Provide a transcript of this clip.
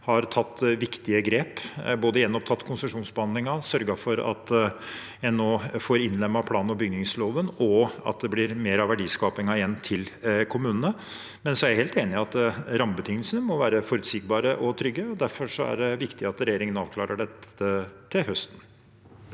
har tatt viktige grep. Vi har både gjenopptatt konsesjonsbehandlingen og sørget for at en nå får innlemmet plan- og bygningsloven, og at det blir mer av verdiskapingen igjen til kommunene. Men jeg er helt enig i at rammebetingelsene må være forutsigbare og trygge, og derfor er det viktig at regjeringen avklarer dette til høsten.